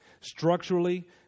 Structurally